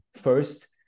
first